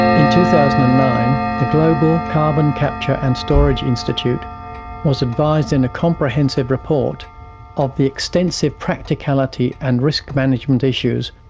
in two thousand and nine the global carbon capture and storage institute was advised in a comprehensive report of the extensive practicality and risk management issues.